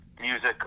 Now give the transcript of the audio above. music